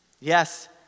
Yes